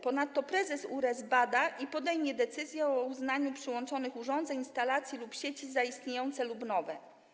Ponadto prezes URE zbada to i podejmie decyzję o uznaniu przyłączonych urządzeń, instalacji lub sieci za istniejące lub nowe.